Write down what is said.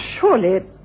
surely